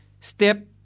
Step